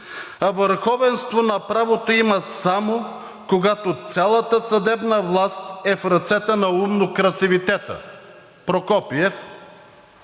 а върховенство на правото има само когато цялата съдебна власт е в ръцете на умно красивитета Прокопиев,